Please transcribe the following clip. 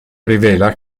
rivela